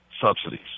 subsidies